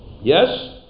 Yes